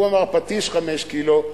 הוא אמר: פטיש חמש קילו,